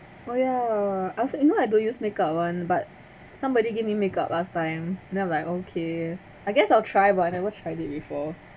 oh ya also you know I don't use make up one but somebody give me makeup last time then like okay I guess I'll try but I never tried it before